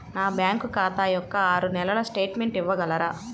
నా బ్యాంకు ఖాతా యొక్క ఆరు నెలల స్టేట్మెంట్ ఇవ్వగలరా?